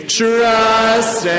trust